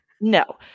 No